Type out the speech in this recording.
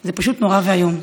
זה פשוט נורא ואיום.